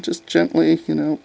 just gently you know